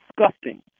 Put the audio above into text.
disgusting